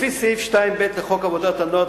לפי סעיף 2(ב) לחוק עבודת הנוער,